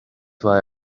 why